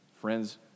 Friends